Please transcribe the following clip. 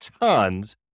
tons